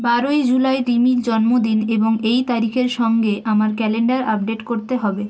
বারোই জুলাই রিমির জন্মদিন এবং এই তারিখের সঙ্গে আমার ক্যালেন্ডার আপডেট করতে হবে